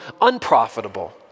unprofitable